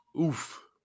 Oof